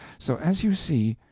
so, as you see,